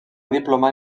diplomar